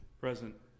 Present